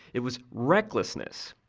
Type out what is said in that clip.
it was recklessness.